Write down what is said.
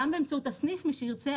גם באמצעות הסניף מי שירצה,